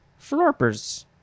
florpers